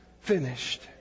finished